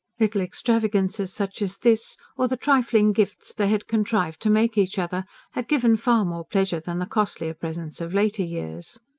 little extravagances such as this, or the trifling gifts they had contrived to make each other had given far more pleasure than the costlier presents of later years.